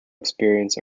experience